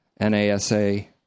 Nasa